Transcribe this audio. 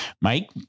Mike